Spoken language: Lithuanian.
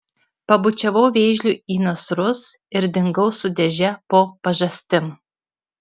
pabučiavau vėžliui į nasrus ir dingau su dėže po pažastim